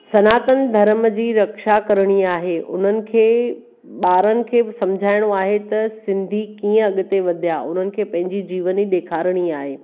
सनातन धर्म जी रक्षा करिणी आहे उन्हनि खे ॿारनि खे सम्झाइणो आहे त सिंधी कीअं अॻिते वधिया उन्हनि खे पंहिंजी जीवनी ॾेखारिणी आहे